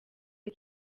rwa